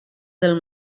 del